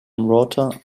water